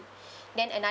then another